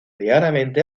diariamente